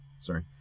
sorry